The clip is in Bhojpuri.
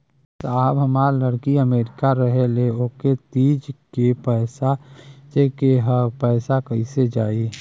साहब हमार लईकी अमेरिका रहेले ओके तीज क पैसा भेजे के ह पैसा कईसे जाई?